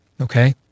Okay